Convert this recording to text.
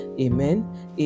Amen